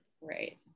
Right